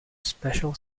special